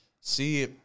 See